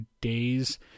days